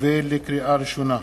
לקריאה ראשונה,